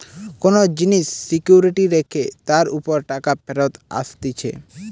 কোন জিনিস সিকিউরিটি রেখে তার উপর টাকা ফেরত আসতিছে